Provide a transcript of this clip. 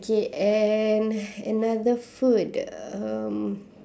okay and another food um